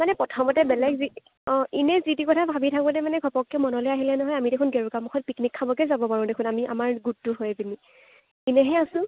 মানে প্ৰথমতে বেলেগ যি অঁ এনেই যি তি কথা ভাবি থাকোঁতে মানে ঘপককৈ মনলৈ আহিলে নহয় আমি দেখোন গেৰুকামুখত পিকনিক খাবকে যাব পাৰোঁ দেখোন আমি আমাৰ গোটটোৰ হৈ পিনি এনেইহে আছোঁ